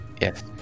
Yes